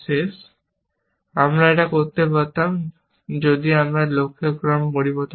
আমি এখানে এটা করতে পারতাম যদি আমি এই লক্ষ্যের ক্রম পরিবর্তন করি